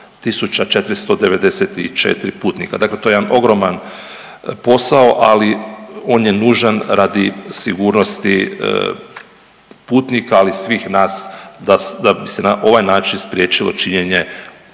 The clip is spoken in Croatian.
494 putnika. Dakle, to je jedan ogroman posao, ali on je nužan radi sigurnosti putnika, ali svih nas da bi se na ovaj način spriječilo činjenje